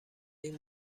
این